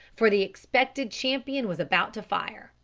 for the expected champion was about to fire.